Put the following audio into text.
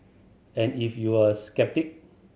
and if you're a sceptic